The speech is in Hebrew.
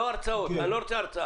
לא הרצאות, אני לא רוצה הרצאה.